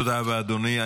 תודה רבה, אדוני.